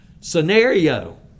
scenario